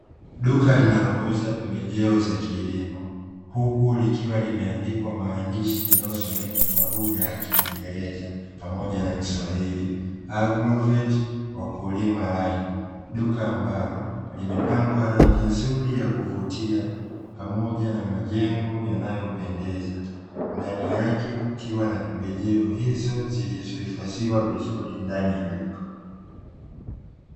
Duka linalouza pembejeo za kilimo, huku likiwa limeandikwa maandishi yanayosomeka kwa lugha ya kiingereza, pamoja na kiswahili "agrovet wakulima line" duka ambalo limepakwa rangi nzuri ya kuvutia, pamoja na majengo yanayopendeza, ndani yake kukiwa na pembejeo hizo, zilizohifadhiwa vizuri ndani ya duka.